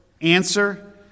Answer